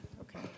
Okay